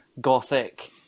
gothic